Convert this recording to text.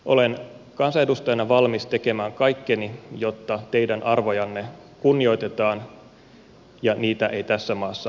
olen kansanedustajana valmis tekemään kaikkeni jotta teidän arvojanne kunnioitetaan ja niitä ei tässä maassa poljeta